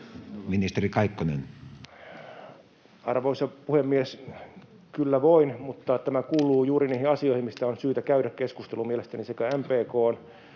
Content: Arvoisa puhemies! Kyllä voin, mutta tämä kuuluu juuri niihin asioihin, mistä on syytä käydä keskustelu mielestäni sekä MPK:n,